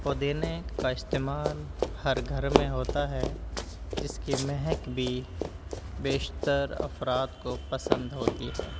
پودینے کا استعمال ہر گھر میں ہوتا ہے جس کی مہک بھی بیشتر افراد کو پسند ہوتی ہے